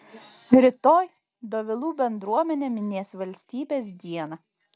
rytoj dovilų bendruomenė minės valstybės dieną